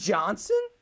Johnson